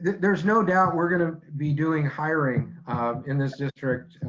there's no doubt we're going to be doing hiring in this district,